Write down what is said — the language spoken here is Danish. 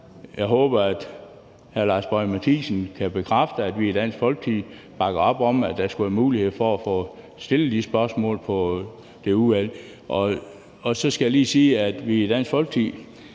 jeg håber, at hr. Lars Boje Mathiesen kan bekræfte, at vi i Dansk Folkeparti bakker op om, at der skal være mulighed for at få stillet de spørgsmål i det udvalg. Så skal jeg lige sige, at vi i Dansk Folkeparti